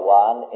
one